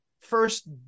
first